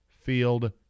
field